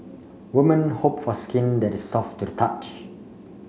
woman hope for skin that is soft to the touch